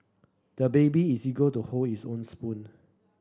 the baby is eager to hold his own spoon